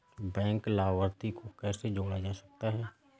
Bank लाभार्थी को कैसे जोड़ा जा सकता है?